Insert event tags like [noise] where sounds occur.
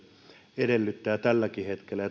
edellyttää tälläkin hetkellä [unintelligible]